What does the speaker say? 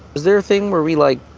is their thing where we like.